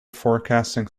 forecasting